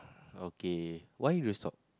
okay why you stop